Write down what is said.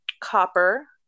copper